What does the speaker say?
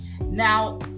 Now